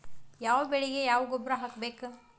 ಯಾವ ಬೆಳಿಗೆ ಯಾವ ಗೊಬ್ಬರ ಹಾಕ್ಬೇಕ್?